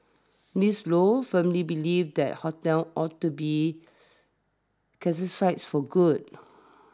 Mister Lo firmly believes that hotels ought to be for good